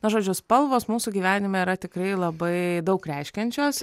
na žodžiu spalvos mūsų gyvenime yra tikrai labai daug reiškiančios